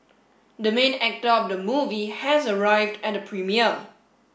the main actor of the movie has arrived at the premiere